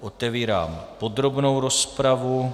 Otevírám podrobnou rozpravu.